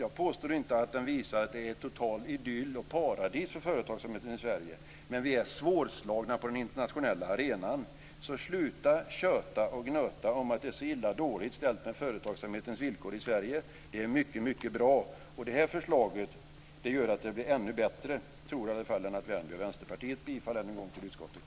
Jag påstår inte att den visar att det är total idyll och paradis för företagsamheten i Sverige, men vi är svårslagna på den internationella arenan. Så sluta tjata och gnata om att det är så illa ställt med företagsamhetens villkor i Sverige. De är mycket, mycket bra. Och det här förslaget gör att de blir ännu bättre, tror i alla fall Lennart Värmby, Vänsterpartiet.